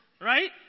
right